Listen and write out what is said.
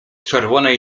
czerwonej